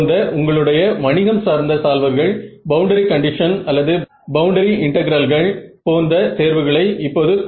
இன்புட்டில் ரியாக்ட்டன்ஸ் பகுதி 0 க்கு மிக அருகில் உள்ளது